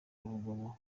urugomo